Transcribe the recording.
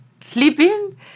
sleeping